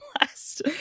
last